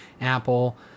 apple